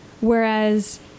Whereas